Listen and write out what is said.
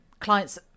clients